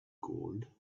gold